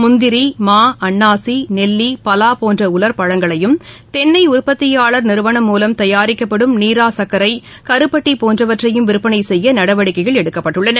முந்திரி மா அன்னாசி நெல்லி பலாபோன்றஉலர் பழங்களையும் தென்னைஉற்பத்தியாளர் நிறுவனம் மூலம் தயாரிக்கப்படும் நீராசக்கரை கருப்பட்டிபோன்றவற்றையும் விற்பனைசெய்யநடவடிக்கைகள் எடுக்கப்பட்டுள்ளது